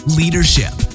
leadership